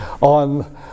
on